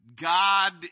God